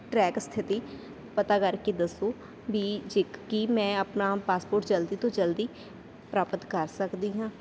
track ਸਥਿੱਤੀ ਪਤਾ ਕਰਕੇ ਦੱਸੋ ਵੀ ਜੇ ਕੀ ਮੈਂ ਆਪਣਾ ਪਾਸਪੋਰਟ ਜਲਦੀ ਤੋਂ ਜਲਦੀ ਪ੍ਰਾਪਤ ਕਰ ਸਕਦੀ ਹਾਂ